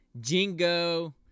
Jingo